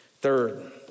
Third